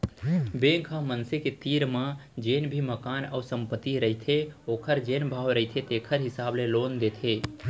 bank ह मनसे के तीर म जेन भी मकान अउ संपत्ति रहिथे ओखर जेन भाव रहिथे तेखर हिसाब ले लोन देथे